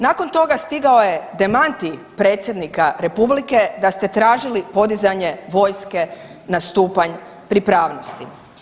Nakon toga stigao je demantij predsjednika republike da ste tražili podizanje vojske na stupanj pripravnosti.